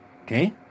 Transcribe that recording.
Okay